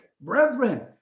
Brethren